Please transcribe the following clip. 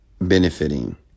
benefiting